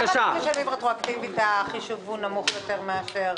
למה כשמשלמים רטרואקטיבית החישוב הוא נמוך יותר מאשר